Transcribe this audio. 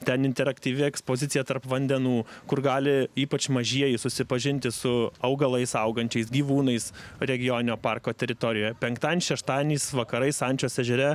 ten interaktyvi ekspozicija tarp vandenų kur gali ypač mažieji susipažinti su augalais augančiais gyvūnais regioninio parko teritorijoj penktadienį šeštadieniais vakarais ančios ežere